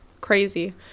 Crazy